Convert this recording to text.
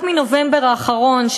רק בנובמבר האחרון,